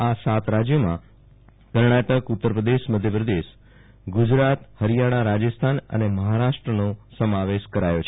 આ સ સાત રાજ્યોમાં કર્ણાટકઉત્તરપ્રદેશ મધ્યપ્રદેશગુ જરાતહરિયાણા રાજસ્થાન અને મહારાષ્ટ્રનો સમાવેશ કરાયો છે